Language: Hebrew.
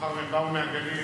מאחר שהם באו מהגליל